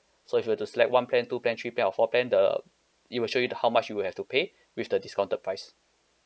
so if you were to select one plan two plan three plan or four plan the it will show you the how much you have to pay with the discounted price